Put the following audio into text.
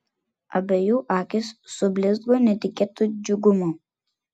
abiejų akys sublizgo netikėtu džiugumu